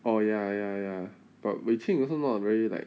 oh ya ya ya but wei qing also not very like